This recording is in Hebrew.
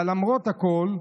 אבל למרות הכול,